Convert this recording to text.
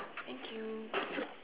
thank you